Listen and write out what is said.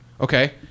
Okay